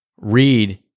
read